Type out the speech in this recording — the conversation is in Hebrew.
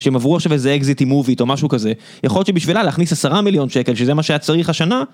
שהם עברו עכשיו איזה אקזיט עם מוביט או משהו כזה, יכול להיות שבשבילה להכניס עשרה מיליון שקל, שזה מה שהיה צריך השנה...